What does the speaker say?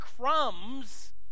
crumbs